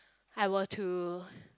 I were to